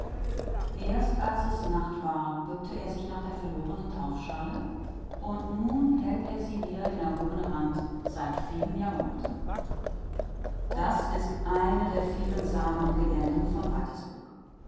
erst als es nacht war bückte er sich nach der verlorenen taufschale und nun hält er sie wieder in erhobener hand seit vielen jahrhunderten das ist eine der vielen sagen und legenden von